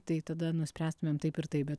tai tada nuspręstumėm taip ir taip bet